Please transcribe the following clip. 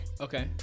okay